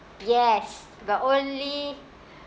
yes but only